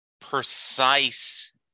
precise